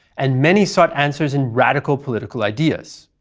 and many sought answers in radical political ideas.